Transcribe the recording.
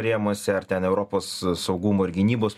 rėmuose ar ten europos saugumo ir gynybos